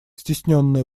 cтесненное